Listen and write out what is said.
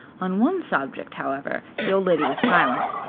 on one subject, however, the old lady was silent.